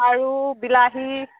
আৰু বিলাহী